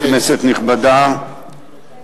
כנסת נכבדה,